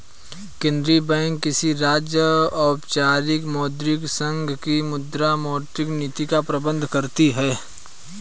केंद्रीय बैंक किसी राज्य, औपचारिक मौद्रिक संघ की मुद्रा, मौद्रिक नीति का प्रबन्धन करती है